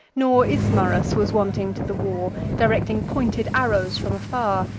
nor ismarus was wanting to the war, directing pointed arrows from afar,